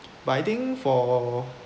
but I think for